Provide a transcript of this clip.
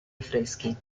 affreschi